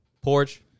porch